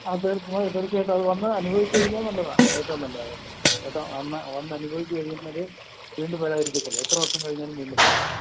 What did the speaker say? അത് അത് തീർച്ചയായിട്ടും അത് വന്നു അനുഭവിച്ചു കഴിഞ്ഞാൽ നല്ലതാണ് ഏറ്റവും നല്ലതാണ് കേട്ടോ വന്നു വന്നു അനുഭവിച്ചു കഴിയുന്നവർ വീണ്ടും വരാതിരിക്കത്തില്ല എത്ര വർഷം കഴിഞ്ഞാലും വീണ്ടും വരും